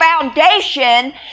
foundation